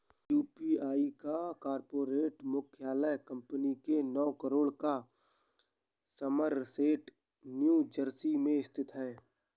UPI का corporate मुख्यालय company के नौ एकड़ पर समरसेट न्यू जर्सी में स्थित है